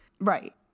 Right